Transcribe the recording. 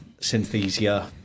Synthesia